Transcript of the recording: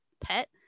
pet